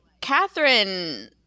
Catherine